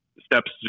steps